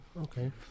okay